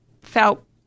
felt